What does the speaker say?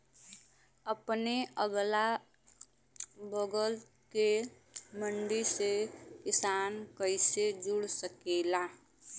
अपने अगला बगल के मंडी से किसान कइसे जुड़ सकेला?